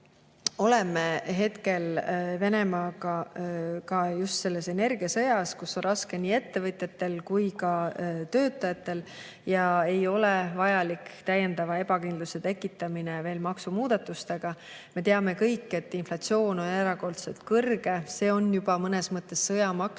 oleme hetkel Venemaaga just selles energiasõjas, kus on raske nii ettevõtjatel kui ka töötajatel, ja ei ole vaja täiendavat ebakindlust veel maksumuudatustega tekitada. Me teame kõik, et inflatsioon on erakordselt kõrge. See on mõnes mõttes sõjamaks,